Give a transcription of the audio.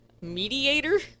mediator